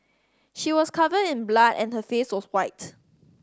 she was covered in blood and her face was white